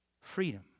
Freedom